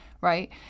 right